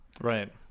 Right